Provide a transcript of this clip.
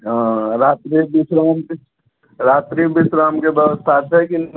हँ रात्रि विश्रामके रात्रि विश्रामके व्यवस्था छै कि नहि ओतऽ